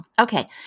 Okay